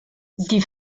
die